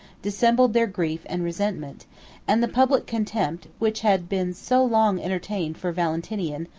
dissembled their grief and resentment and the public contempt, which had been so long entertained for valentinian,